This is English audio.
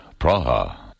Praha